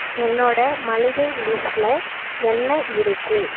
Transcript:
என்னோடய மளிகை லிஸ்ட்டில் என்ன இருக்குது